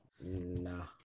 Nah